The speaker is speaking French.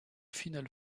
final